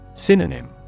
Synonym